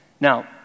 Now